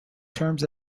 terms